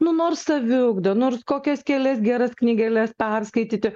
nu nors saviugda nors kokias kelias geras knygeles perskaityti